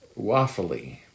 waffly